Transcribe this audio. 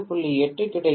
8 கிடைக்கிறது 0